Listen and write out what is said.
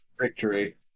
victory